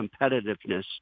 competitiveness